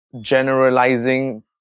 generalizing